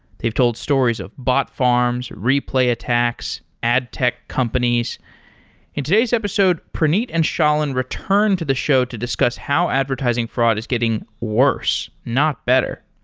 they've told stories of bot farms, replay attacks, ad tech companies in today's episode, praneet and shailin return to the show to discuss how advertising fraud is getting worse, not better.